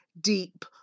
deep